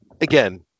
again